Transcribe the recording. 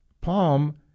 Palm